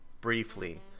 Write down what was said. briefly